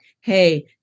hey